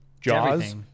Jaws